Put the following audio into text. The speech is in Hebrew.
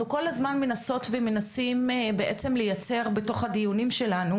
אנחנו כל הזמן מנסות ומנסים בעצם לייצר בתוך הדיונים שלנו,